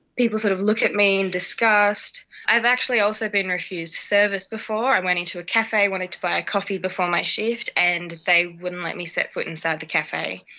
people sort of look at me in disgust. i have actually also been refused service before. i went into a cafe, i wanted to buy a coffee before my shift, and they wouldn't let me set foot inside the cafe.